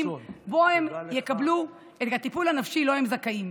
שבו הם יקבלו את הטיפול הנפשי שלו הם זכאים.